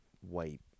white